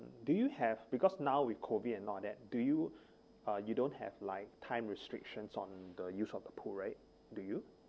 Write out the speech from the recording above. do you have because now with COVID and all that do you uh you don't have like time restrictions on the use of the pool right do you